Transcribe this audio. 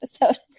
episode